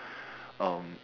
um